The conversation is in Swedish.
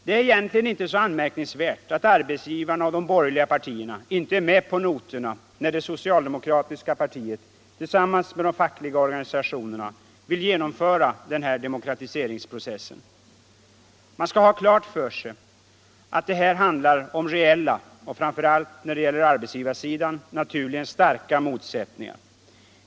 Det är egentligen inte så anmärkningsvärt att arbetsgivarna och de borgerliga partierna inte är med på noterna när det socialdemokratiska partiet tillsammans med de fackliga organisationerna vill genomföra denna demokratiseringsprocess. Man skall ha klart för sig att det här handlar om reella och — framför allt när det gäller arbetsgivarsidan — naturligen starka motsättningar.